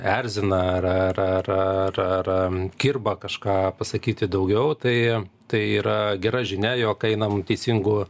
erzina ar ar ar ar kirba kažką pasakyti daugiau tai tai yra gera žinia jog einam teisingu